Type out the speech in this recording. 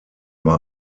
war